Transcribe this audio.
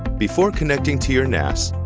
before connecting to your nas,